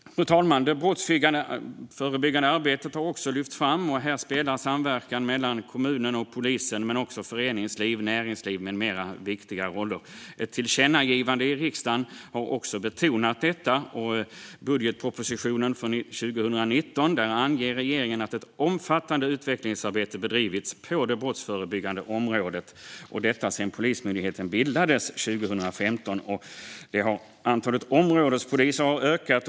Fru talman! Det brottsförebyggande arbetet har också lyfts fram. Här spelar samverkan mellan kommunen, polisen men också föreningsliv, näringsliv med mera viktiga roller. Ett tillkännagivande i riksdagen har också betonat detta. I budgetpropositionen för 2019 anger regeringen att ett omfattande utvecklingsarbete bedrivits på det brottsförebyggande området sedan Polismyndigheten bildades 2015. Antalet områdespoliser har ökat.